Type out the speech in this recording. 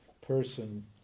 person